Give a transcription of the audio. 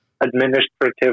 administrative